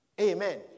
Amen